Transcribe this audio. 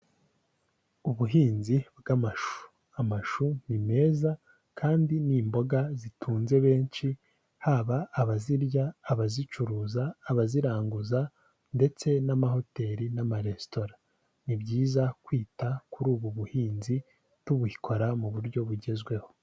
Ubuhinzi bw'amashu. Amashu ni meza kandi ni imboga zitunze benshi, haba abazirya, abazicuruza, abaziranguza ndetse n'amahoteli n'amaresitora. Ni byiza kwita kuri ubu buhinzi, tubukora mu buryo bugezweho.